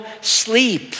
sleep